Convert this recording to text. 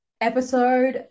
episode